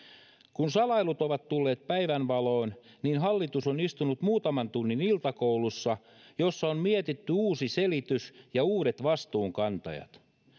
kun salailut ovat tulleet päivänvaloon hallitus on istunut muutaman tunnin iltakoulussa jossa on mietitty uusi selitys ja uudet vastuunkantajat